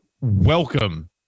welcome